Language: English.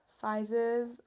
sizes